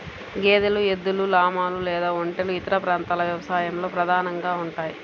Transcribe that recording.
గేదెలు, ఎద్దులు, లామాలు లేదా ఒంటెలు ఇతర ప్రాంతాల వ్యవసాయంలో ప్రధానంగా ఉంటాయి